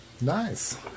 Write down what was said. Nice